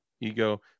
Ego